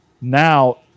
now